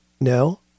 No